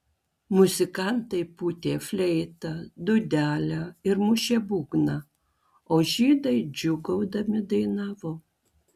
muzikantai pūtė fleitą dūdelę ir mušė būgną o žydai džiūgaudami dainavo